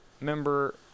member